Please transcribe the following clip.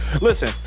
Listen